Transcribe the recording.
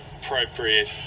appropriate